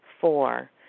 Four